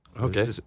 Okay